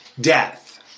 death